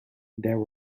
there